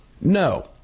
No